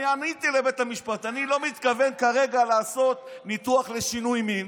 אני עניתי לבית המשפט: אני לא מתכוון כרגע לעשות ניתוח לשינוי מין,